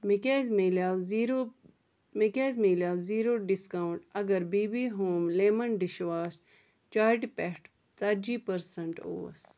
مےٚ کیٛازِ میلیٛٲو زیٖرو مےٚ کیٛازِ میلیٛٲو زیٖرو ڈسکاونٛٹ اگر baby home lemon dish wash چٲٹہِ پٮ۪ٹھ ژَتجی پٔرسنٛٹ اوس